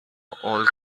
old